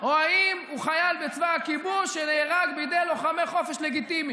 או האם הוא חייל בצבא הכיבוש שנהרג בידי לוחמי חופש לגיטימיים?